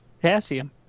potassium